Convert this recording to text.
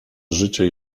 życie